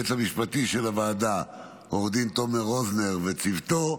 היועץ המשפטי של הוועדה עו"ד תומר רוזנר וצוותו,